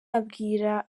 abwira